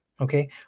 Okay